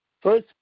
first